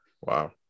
Wow